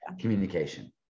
communication